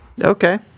Okay